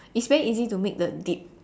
it's very easy to make the dip